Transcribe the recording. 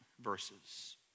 verses